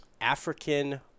African